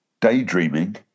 daydreaming